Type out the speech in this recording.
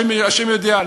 השם יודע.